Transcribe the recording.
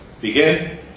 begin